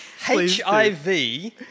HIV